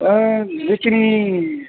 दा जिखिनि